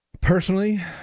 Personally